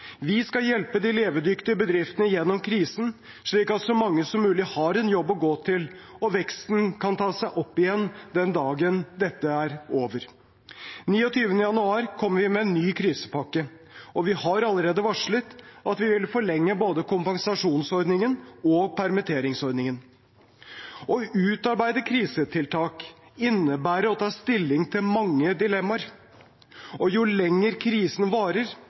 Vi skal hjelpe de levedyktige bedriftene gjennom krisen, slik at så mange som mulig har en jobb å gå til og veksten kan ta seg opp igjen den dagen dette er over. Den 29. januar kommer vi med en ny krisepakke, og vi har allerede varslet at vi vil forlenge både kompensasjonsordningen og permitteringsordningen. Å utarbeide krisetiltak innebærer å ta stilling til mange dilemmaer, og jo lenger krisen varer,